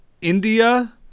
India